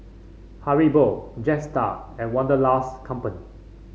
Haribo Jetstar and Wanderlust Company